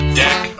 deck